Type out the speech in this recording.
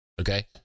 Okay